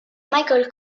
michael